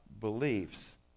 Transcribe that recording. beliefs